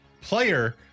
Player